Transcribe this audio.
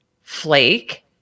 flake